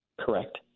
Correct